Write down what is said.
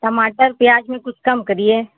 टमाटर प्याज में कुछ कम करिए